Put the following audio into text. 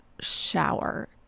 shower